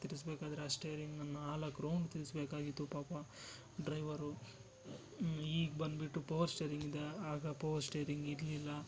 ತಿರುಸ್ಬೇಕಾದ್ರೆ ಆ ಸ್ಟೇರಿಂಗ್ನ ನಾಲ್ಕು ರೌಂಡ್ ತಿರುಸ್ಬೇಕಾಗಿತ್ತು ಪಾಪ ಡ್ರೈವರು ಈಗ ಬಂದುಬಿಟ್ಟು ಪವರ್ ಸ್ಟೇರಿಂಗಿದೆ ಆಗ ಪವರ್ ಸ್ಟೇರಿಂಗ್ ಇರಲಿಲ್ಲ